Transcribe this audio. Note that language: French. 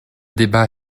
débat